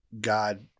god